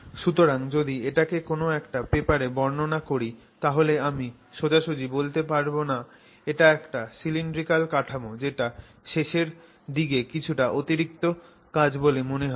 সুতরাং যদি এটাকে কোন একটা পেপারে বর্ণনা করি তাহলে আমি সোজাসুজি বলতে পারবো না যে এটা একটা সিলিন্ড্রিক্যাল কাঠামো যেটা শেষের দিকে কিছুটা অতিরিক্ত কাজ বলে মনে হবে